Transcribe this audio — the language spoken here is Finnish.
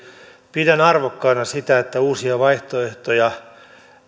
pidän arvokkaana sitä että uusia vaihtoehtoja